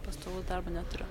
pastovaus darbo neturiu